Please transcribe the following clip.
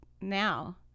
now